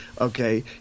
okay